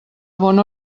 bona